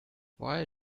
why